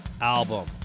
Album